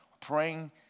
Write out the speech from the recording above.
Praying